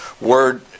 word